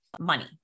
money